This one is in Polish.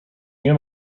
nie